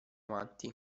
amanti